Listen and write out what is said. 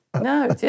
no